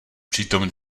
přitom